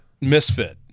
misfit